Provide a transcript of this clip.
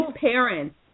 parents